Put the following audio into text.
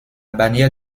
bannière